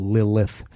Lilith